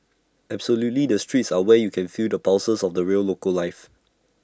absolutely the streets are where you can feel the pulses of the real local life